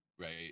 Right